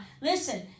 listen